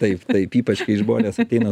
taip taip ypač kai žmonės ateina